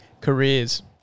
careers